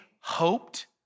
hoped